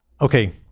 Okay